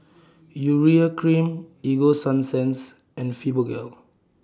Urea Cream Ego Sunsense and Fibogel